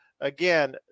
again